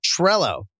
Trello